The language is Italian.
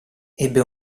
ebbe